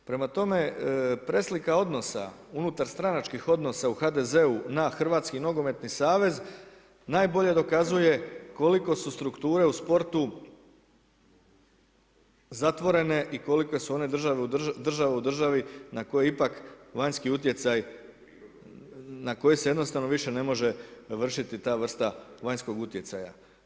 Prema tome, preslika odnosa unutar stranačkih odnosa u HDZ-u na HNS najbolje dokazuje koliko su strukture u sportu zatvorene i koliko su one država u državi na koje ipak vanjski utjecaj na koji se više ne može vršiti ta vrsta vanjskog utjecaja.